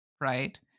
right